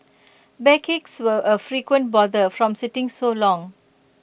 backaches were A frequent bother from sitting so long